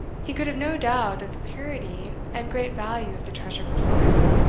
he could have no doubt of the purity and great value of the treasure before him.